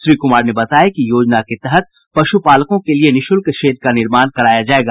श्री कुमार ने बताया कि योजना के तहत पशुपालकों के लिए निःशुल्क शेड का निर्माण भी कराया जायेगा